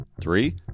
Three